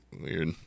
Weird